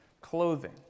clothing